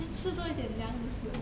吃多一点凉的食物